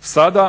Sada